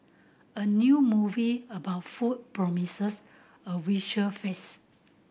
a new movie about food promises a visual feast